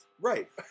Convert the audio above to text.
Right